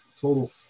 total